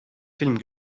film